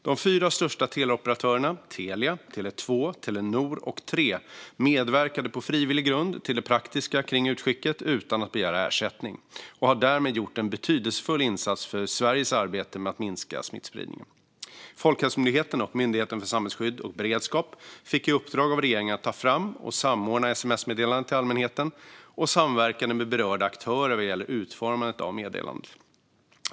De fyra största teleoperatörerna - Telia, Tele2, Telenor och Tre - medverkade på frivillig grund till det praktiska kring utskicket utan att begära ersättning och har därmed gjort en betydelsefull insats för Sveriges arbete med att minska smittspridningen. Folkhälsomyndigheten och Myndigheten för samhällsskydd och beredskap fick i uppdrag av regeringen att ta fram och samordna sms-meddelandet till allmänheten och samverkade med berörda aktörer vad gäller utformandet av meddelandet.